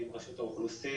עם רשות האוכלוסין,